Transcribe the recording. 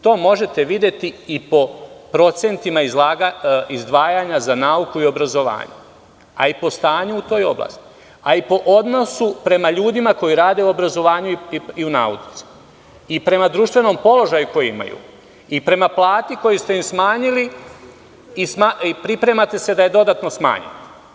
To možete videti i po procentima izdvajanja za nauku i obrazovanje, ali i po stanju u toj oblasti, kao i po odnosu prema ljudima koji rade u obrazovanju i u nauci, kao i prema društvenom položaju koji imaju i prema plati koju ste im smanjili i pripremate se da je dodatno smanjite.